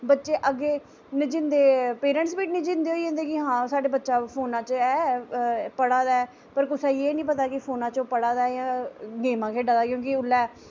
बच्चे अग्गें नचींदे पेरैंटस बी नचींदे होई जंदे कि हां साढ़ा बच्चा फोनै च ऐ पढ़ा दा ऐ पर कुसैगी एह् निं पता कि फोना च ओह् पढ़ा दा जां गेमां खेढा दा क्योंकि उल्लै